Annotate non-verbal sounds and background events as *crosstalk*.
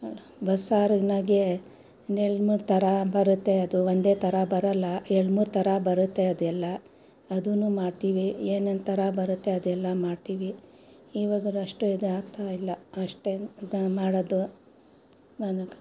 ಬಸ್ಸಾರಿನಾಗೆ ಒಂದು ಎರಡು ಮೂರು ಥರ ಬರುತ್ತೆ ಅದು ಒಂದೇ ಥರ ಬರಲ್ಲ ಎರಡು ಮೂರು ಥರ ಬರುತ್ತೆ ಅದು ಎಲ್ಲ ಅದು ಮಾಡ್ತೀವಿ ಏನೇನು ಥರ ಬರುತ್ತೆ ಅದೆಲ್ಲ ಮಾಡ್ತೀವಿ ಇವಾಗಾರು ಅಷ್ಟು ಇದಾಗ್ತಾಯಿಲ್ಲ ಅಷ್ಟೇನು ಮಾಡೋದು *unintelligible*